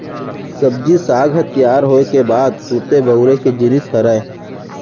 सब्जी साग ह तियार होए के बाद तुरते बउरे के जिनिस हरय